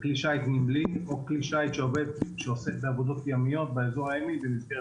בכלי שיט נמלי או כלי שיט שעוסק בעבודות ימיות באזור הימי במסגרת...